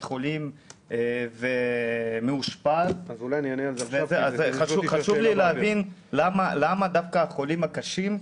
חולים ומאושפז וחשוב לי להבין למה דווקא החולים הקשים,